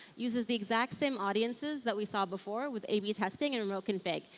uses the exact same audiences that we saw before with a b testing and a remote config.